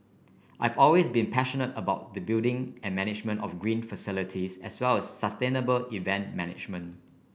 I've always been passionate about the building and management of green facilities as well as sustainable event management